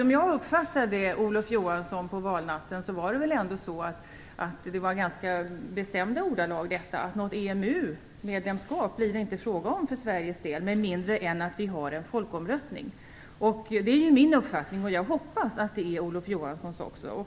Som jag uppfattade Olof Johansson på valnatten sade han i ganska bestämda ordalag att det inte blir fråga om något EMU-medlemskap för Sveriges del med mindre än att vi har en folkomröstning. Det är åtminstone min uppfattning, och jag hoppas att den också är Olof Johanssons.